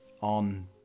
on